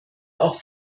auch